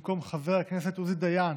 במקום חבר הכנסת עוזי דיין